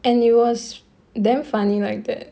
and it was damn funny like that